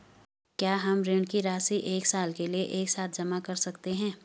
क्या हम ऋण की राशि एक साल के लिए एक साथ जमा कर सकते हैं?